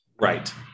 Right